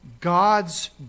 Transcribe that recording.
God's